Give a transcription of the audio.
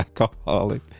alcoholic